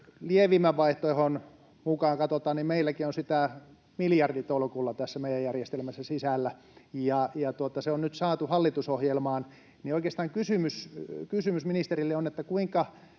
lievimmän vaihtoehdon mukaan katsotaan, niin meilläkin on sitä miljarditolkulla tässä meidän järjestelmässämme sisällä. Ja kun se on nyt saatu hallitusohjelmaan, niin oikeastaan kysymys ministerille on: kuinka